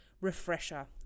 refresher